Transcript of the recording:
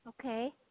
Okay